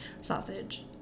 Sausage